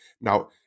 Now